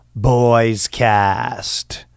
BOYSCAST